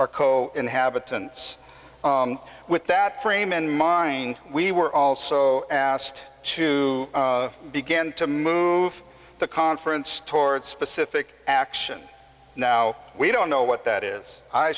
arko inhabitants with that frame in mind we were also asked to begin to move the conference toward specific action now we don't know what that is i